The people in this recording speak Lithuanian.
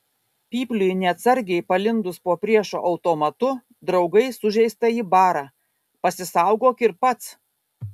pypliui neatsargiai palindus po priešo automatu draugai sužeistąjį bara pasisaugok ir pats